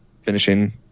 finishing